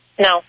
no